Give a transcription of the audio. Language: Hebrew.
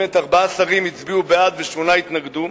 באמת ארבעה שרים הצביעו בעד ושמונה התנגדו.